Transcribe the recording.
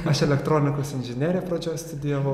aš elektronikos inžineriją pradžioj studijavau